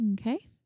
Okay